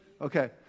Okay